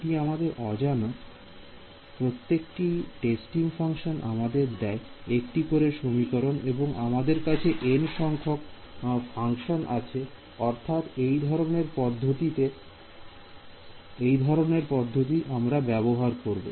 এটি আমার অজানা কারণ প্রত্যেকটি টেস্টিং ফাংশন আমাদের দেয় একটি করে সমীকরণ এবং আমাদের কাছে n সংখ্যক ফাংশান আছে অর্থাৎ এই ধরনের পদ্ধতি আমরা ব্যবহার করব